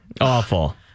Awful